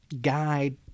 guide